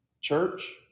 Church